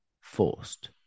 forced